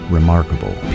remarkable